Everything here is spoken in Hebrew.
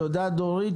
תודה, דורית.